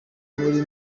muri